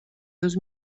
dos